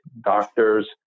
doctors